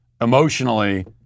emotionally